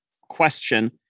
question